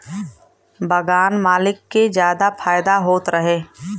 बगान मालिक के जादा फायदा होत रहे